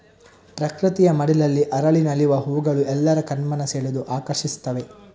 ಪ್ರಕೃತಿಯ ಮಡಿಲಲ್ಲಿ ಅರಳಿ ನಲಿವ ಹೂಗಳು ಎಲ್ಲರ ಕಣ್ಮನ ಸೆಳೆದು ಆಕರ್ಷಿಸ್ತವೆ